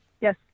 yes